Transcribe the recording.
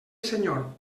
senyor